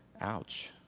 Ouch